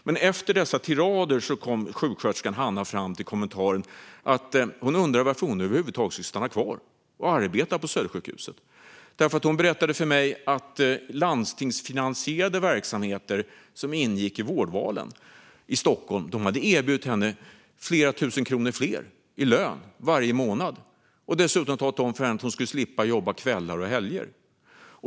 Men efter dessa tirader undrade sjuksköterskan Hanna varför hon över huvud taget skulle stanna kvar och arbeta på Södersjukhuset. Hon berättade nämligen att landstingsfinansierade verksamheter som ingick i vårdvalen i Stockholm hade erbjudit henne flera tusen kronor mer i lön varje månad och talat om att hon dessutom skulle slippa jobba kvällar och helger.